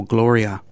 Gloria